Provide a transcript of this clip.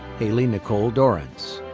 haley nicole dorrance.